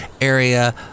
area